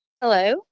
Hello